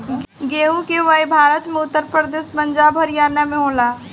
गेंहू के बोआई भारत में उत्तर प्रदेश, पंजाब, हरियाणा में होला